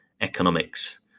economics